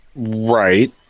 Right